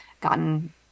gotten